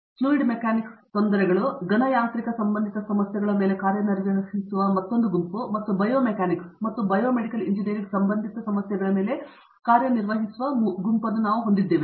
fluid mechanics ತೊಂದರೆಗಳು ಘನ ಯಾಂತ್ರಿಕ ಸಂಬಂಧಿತ ಸಮಸ್ಯೆಗಳ ಮೇಲೆ ಕಾರ್ಯನಿರ್ವಹಿಸುವ ಮತ್ತೊಂದು ಗುಂಪು ಮತ್ತು ಬಯೋ ಮೆಕ್ಯಾನಿಕ್ಸ್ ಮತ್ತು ಬಯೋ ಮೆಡಿಕಲ್ ಎಂಜಿನಿಯರಿಂಗ್ ಸಂಬಂಧಿತ ಸಮಸ್ಯೆಗಳ ಮೇಲೆ ಕಾರ್ಯನಿರ್ವಹಿಸುವ ಗುಂಪನ್ನು ನಾವು ಹೊಂದಿದ್ದೇವೆ